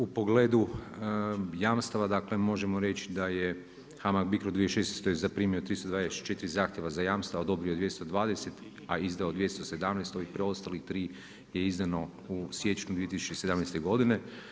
U pogledu jamstava možemo reći da je HAMAG Bicro 2016. zaprimio 324 zahtjeva za jamstava a dobio 220, a izdao 217, ovih preostalih tri je izdano u siječnju 2017. godine.